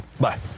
Bye